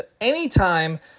anytime